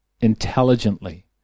intelligently